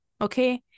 okay